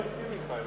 אני מסכים אתך,